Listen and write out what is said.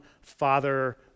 father